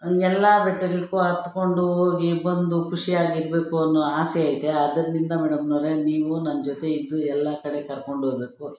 ಎಲ್ಲ ಬೆಟ್ಟಗಳಿಗೂ ಹತ್ಕೊಂಡು ಹೋಗಿ ಬಂದು ಖುಷಿಯಾಗಿರಬೇಕು ಅನ್ನೋ ಆಸೆ ಐತೆ ಅದ್ರಿಂದ ಮೇಡಮ್ನವರೆ ನೀವು ನನ್ನ ಜೊತೆ ಇದ್ದು ಎಲ್ಲ ಕಡೆ ಕರ್ಕೊಂಡೋಗ್ಬೇಕು